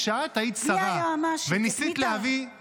כשאת היית שרה וניסית להביא,